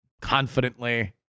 confidently